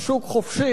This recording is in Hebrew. אנחנו עבדים.